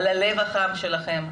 על הלב החם שלכם,